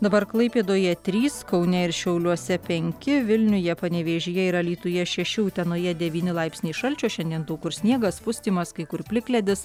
dabar klaipėdoje trys kaune ir šiauliuose penki vilniuje panevėžyje ir alytuje šeši utenoje devyni laipsniai šalčio šiandien daug kur sniegas pustymas kai kur plikledis